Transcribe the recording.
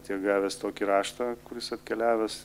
tiek gavęs tokį raštą kuris atkeliavęs